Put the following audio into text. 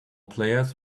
players